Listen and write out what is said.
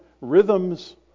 rhythms